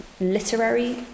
literary